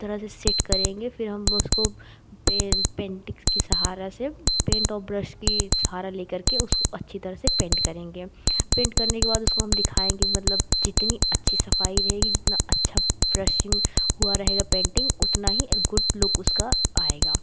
तरह से सेट करेंगे फिर हम उसको पेंट पेंटिग्स के सहारे से पेंट और ब्रश का सहारा ले करके उसको अच्छी तरह से पेंट करेंगे पेंट करने के बाद उसको हम दिखाएँगे मतलब जितनी अच्छी सफ़ाई रहेगी जितना अच्छा ब्रशिंग हुआ रहेगा पेंटिंग उतना ही गुड लुक उसका आएगा